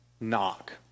knock